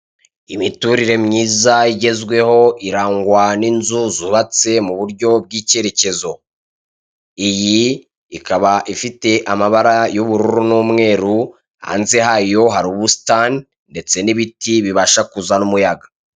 Imiturire myiza igezweho, irangwa n'inzu zubatse mu buryo bw'icyerekezo. Iyi ikaba ifite amabara y'ubururu n'umweru, hanze hayo hari ubusitani, ndetse n'ibiti bibasha kuzana umuyaga.